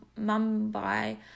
Mumbai